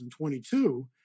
2022